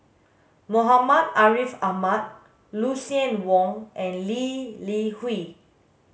Muhammad Ariff Ahmad Lucien Wang and Lee Li Hui